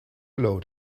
load